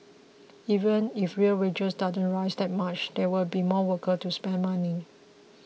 even if real wages don't rise that much there will be more workers to spend money